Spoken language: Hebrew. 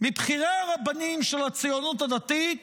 מבכירי הרבנים של הציונות הדתית